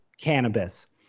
cannabis